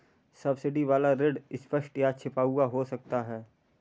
subsidy वाला ऋण स्पष्ट या छिपा हुआ हो सकता है